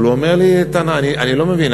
אבל הוא אומר לי: אני לא מבין,